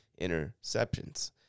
interceptions